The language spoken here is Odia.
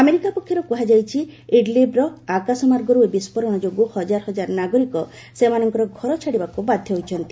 ଆମେରିକା ପକ୍ଷରୁ କୁହାଯାଇଛି ଇଡିଲିବ୍ର ଆକାଶମାର୍ଗରୁ ଏହି ବିସ୍ଫୋରଣ ଯୋଗୁଁ ହଜାର ହଜାର ନାଗରିକ ସେମାନଙ୍କ ଘର ଛାଡ଼ିବାକୁ ବାଧ୍ୟ ହୋଇଛନ୍ତି